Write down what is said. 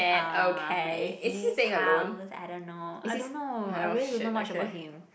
uh his house I don't know I don't know I really don't know much about him